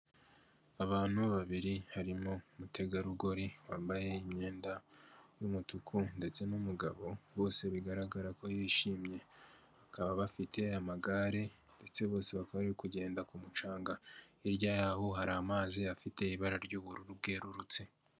Abantu babiri harimo umutegarugori wambaye imyenda y'umutuku ndetse n'umugabo bose bigaragara ko yishimye, bakaba bafite amagare ndetse bose ba bari kugenda ku mucanga, hirya yaho hari amazi afite ibara ry'ubururu bwerurutse.